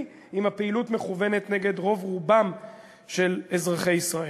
אם הפעילות מכוונת נגד רוב-רובם של אזרחי ישראל?